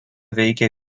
veikė